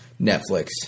Netflix